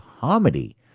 comedy